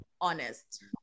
honest